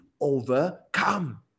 Overcome